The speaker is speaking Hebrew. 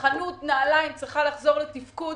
כשחנות נעליים צריכה לחזור לתפקוד,